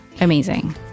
Amazing